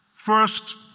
First